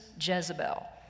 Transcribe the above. Jezebel